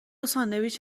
ساندویچ